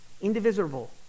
Indivisible